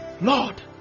Lord